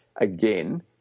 Again